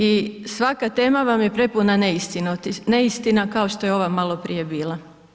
I svaka tema vam je prepuna neistina, kao što je ova maloprije bila.